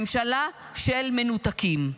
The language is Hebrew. ממשלה של מנותקים.